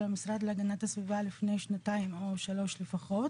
המשרד להגנת הסביבה לפני שנתיים או שלוש לפחות.